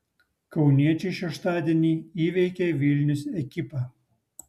kauniečiai šeštadienį įveikė vilnius ekipą